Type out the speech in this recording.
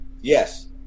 Yes